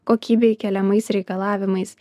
kokybei keliamais reikalavimais